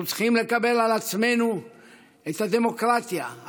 אנחנו צריכים לקבל על עצמנו את הדמוקרטיה,